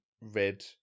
red